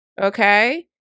Okay